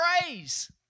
praise